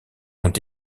ont